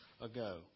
ago